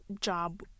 job